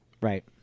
Right